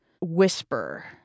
whisper